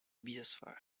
biosphère